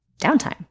downtime